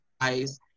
guys